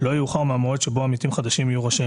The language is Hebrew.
לא יאוחר מהמועד שבו עמיתים חדשים יהיו רשאים